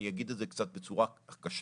אני אגיד את זה בצורה מעט קשה,